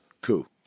Coup